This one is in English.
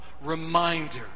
reminder